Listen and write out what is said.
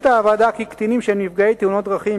הוועדה החליטה כי קטינים שהם נפגעי תאונות דרכים,